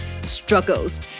struggles